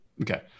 okay